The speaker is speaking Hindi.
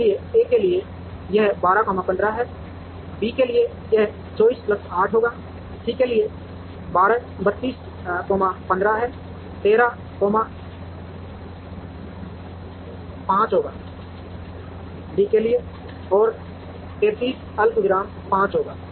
इसलिए ए के लिए यह 12 कॉमा 15 है बी के लिए यह 24 प्लस 8 होगा सी के लिए 32 कॉमा 15 यह 13 कॉमा होगा 5 और डी के लिए यह 33 अल्पविराम 5 होगा